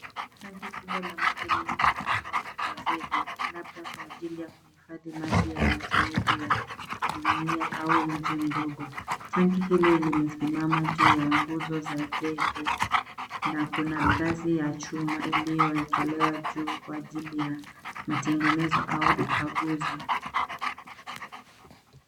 Tanki kubwa la maji lililojengwa kwa zege labda kwa ajali ya kuhifadhi maji ya matumizi ya jumuiya au mji mdogo. Tanki hili limesimama juu ya nguzo za zege na kuna ngazi ya chuma iliyowekelewa juu kwa ajili ya matengenezo au ukaguzi.